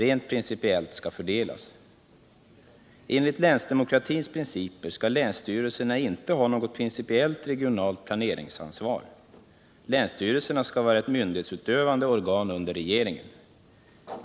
Enligt länsdemokratins principer skall länsstyrelserna inte ha något principiellt regionalt planeringsansvar. Länsstyrelserna skall vara ett myndighetsutövande organ under regeringen.